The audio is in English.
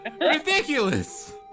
Ridiculous